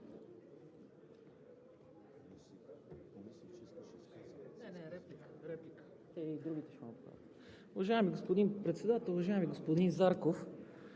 Уважаеми господин Председател! Уважаеми господин Зарков,